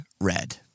Red